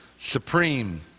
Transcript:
supreme